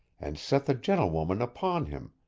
and set the gentlewoman upon him,